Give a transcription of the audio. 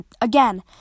Again